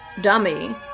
dummy